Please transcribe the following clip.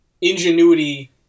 ingenuity